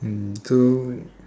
and so